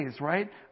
right